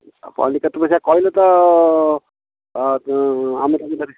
କହିଲି କେତେ ପଇସା କହିଲେ ତ ଆମେ